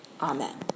Amen